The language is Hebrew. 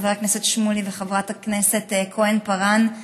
חבר הכנסת שמולי וחברת הכנסת כהן-פארן,